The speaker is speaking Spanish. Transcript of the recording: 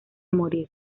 morir